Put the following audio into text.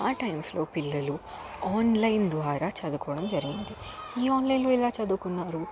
ఆ టైమ్స్లో పిల్లలు ఆన్లైన్ ద్వారా చదువుకోవడం జరిగింది ఈ ఆన్లైన్లో ఎలా చదువుకున్నారు